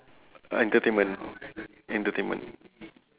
entertainment entertainment